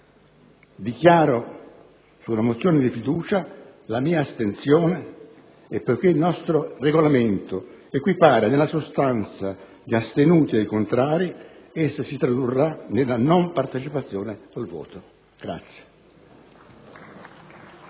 Sulla mozione di fiducia, dichiaro lamia astensione e poiché il nostro Regolamento equipara nella sostanza gli astenuti ai contrari, essa si tradurrà nella non partecipazione al voto.